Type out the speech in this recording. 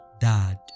Dad